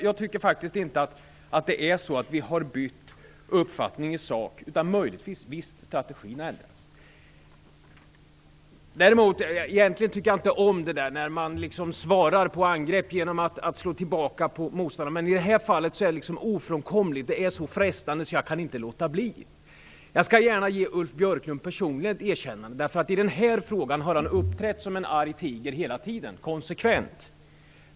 Jag tycker faktiskt inte att vi har bytt uppfattning i sak, men det är möjligt att strategin har ändrats. Egentligen tycker jag inte om när man svarar på angrepp genom att slå tillbaka på motståndaren, men i det här fallet är det ofrånkomligt. Det är så frestande att jag inte kan låta bli. Jag skall gärna ge Ulf Björklund ett personligt erkännande. I den här frågan har han uppträtt konsekvent, som en arg tiger.